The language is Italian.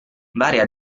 varia